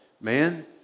man